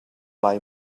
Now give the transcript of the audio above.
lai